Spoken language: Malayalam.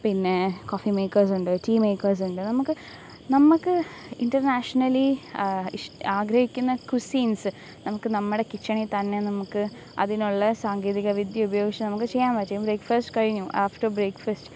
പിന്നെ കോഫി മേക്കേഴ്സ് ഉണ്ട് റ്റീ മേക്കേഴ്സ് ഉണ്ട് നമ്മൾക്ക് നമ്മൾക്ക് ഇൻ്റർനാഷണലി ആഗഹിക്കുന്ന ക്വിസ്സിങ്ങ്സ് നമുക്ക് നമ്മുടെ കിച്ചണിൽ തന്നെ നമുക്ക് അതിനുള്ള സാങ്കേതികവിദ്യ ഉപയോഗിച്ച് നമുക്ക് ചെയ്യാൻ പറ്റും ബ്രെയ്ക്ഫാസ്റ്റ് കഴിഞ്ഞു ആഫ്റ്റർ ബ്രെയ്ക്ഫാസ്റ്റ്